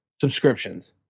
subscriptions